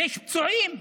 ויש פצועים.